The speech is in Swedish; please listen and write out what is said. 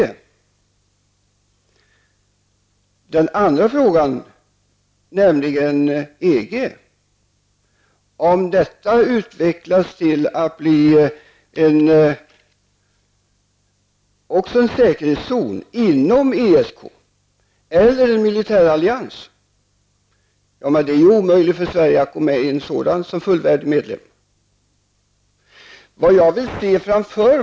Så till den andra frågan. Om EG utvecklas till att bli en säkerhetszon inom ESK eller en militärallians, då blir det omöjligt för Sverige att som fullvärdig medlem gå med i en sådan.